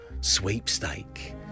sweepstake